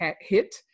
hit